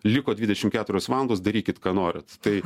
liko dvidešim keturios valandos darykit ką norit tai